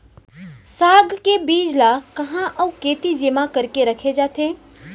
साग के बीज ला कहाँ अऊ केती जेमा करके रखे जाथे?